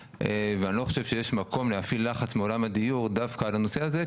ואני לא חושב שיש מקום להפעיל לחץ מעולם הדיור דווקא על הנושא הזה,